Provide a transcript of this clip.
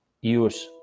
use